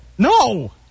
No